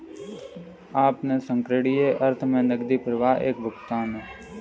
अपने संकीर्ण अर्थ में नकदी प्रवाह एक भुगतान है